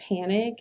panic